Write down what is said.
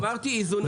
אמרתי איזונים.